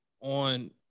on